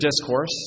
discourse